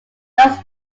thus